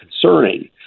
concerning